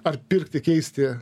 ar pirkti keisti